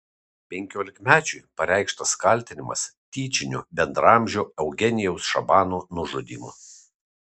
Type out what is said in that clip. penkiolikmečiui pareikštas kaltinimas tyčiniu bendraamžio eugenijaus šabano nužudymu